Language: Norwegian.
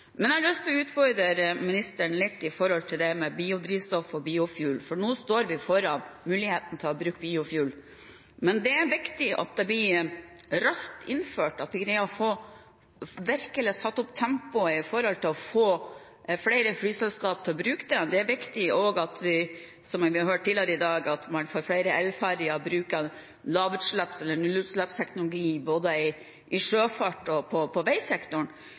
Jeg har lyst å utfordre ministeren litt på det med biodrivstoff og «biofuel», for nå står vi overfor muligheten til å bruke «biofuel». Men det er viktig at det blir raskt innført, og at vi greier virkelig å sette opp tempoet når det gjelder å få flere flyselskaper til å bruke det. Det er også viktig at man får flere elferger, og at